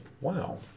wow